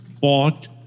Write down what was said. bought